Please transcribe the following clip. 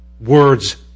Words